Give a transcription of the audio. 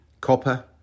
copper